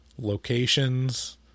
locations